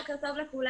בוקר טוב לכולם.